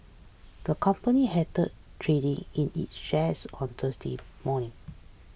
the company halted trading in its shares on Thursday morning